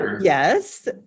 Yes